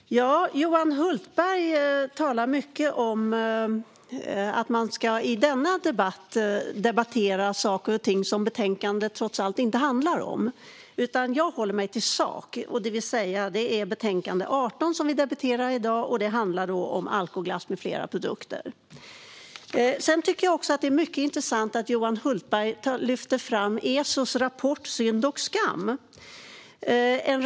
Fru talman! Johan Hultberg talar mycket om att vi i denna debatt ska debattera sådant som betänkandet inte handlar om, men jag håller mig till sak. I dag debatterar vi betänkande 18, och det handlar om alkoglass med flera produkter. Det är mycket intressant att Johan Hultberg lyfter fram ESO:s rapport Synd och ska tt .